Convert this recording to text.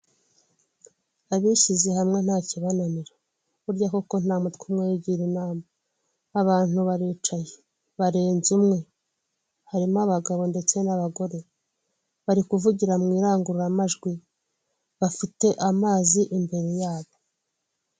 Abishyize hamwe nta kibananira, burya koko nta mutwe umwe wigira inama, abantu baricaye barenze umwe, harimo abagabo ndetse n'abagore, bari kuvugira mu irangururamajwi, bafite amazi imbere yabo.